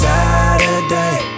Saturday